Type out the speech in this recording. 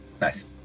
Nice